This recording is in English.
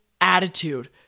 attitude